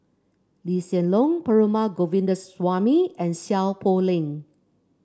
Lee Hsien Loong Perumal Govindaswamy and Seow Poh Leng